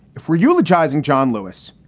if we're eulogizing john lewis,